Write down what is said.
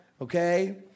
okay